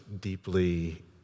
deeply